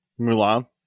Mulan